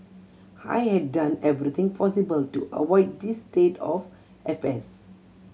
I had done everything possible to avoid this state of affairs